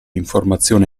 informazione